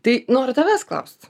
tai noriu tavęs klaust